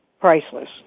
priceless